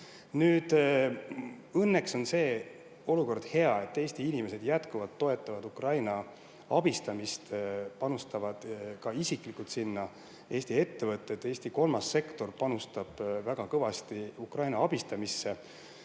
õnneks on see olukord hea, et Eesti inimesed jätkuvalt toetavad Ukraina abistamist, panustavad ka isiklikult sinna. Eesti ettevõtted, Eesti kolmas sektor panustab väga kõvasti Ukraina abistamisse.